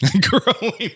growing